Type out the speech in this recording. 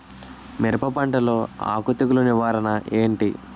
మిరప పంటలో ఆకు తెగులు నివారణ ఏంటి?